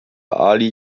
ali